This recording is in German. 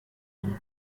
anne